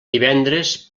divendres